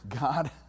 God